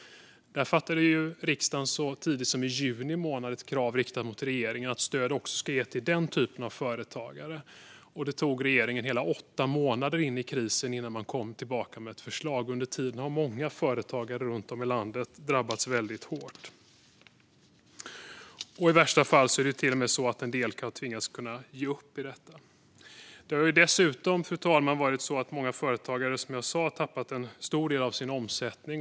Riksdagen fattade så tidigt som i juni månad beslut om att rikta ett krav till regeringen om att stöd också ska ges till den typen av företagare. Det tog regeringen hela åtta månader in i krisen innan den kom tillbaka med ett förslag. Under tiden har många företagare runt om i landet drabbats hårt. I värsta fall har en del till och med tvingats ge upp. Fru talman! Många företagare har som sagt dessutom tappat en stor del av sin omsättning.